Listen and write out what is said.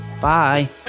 Bye